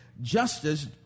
justice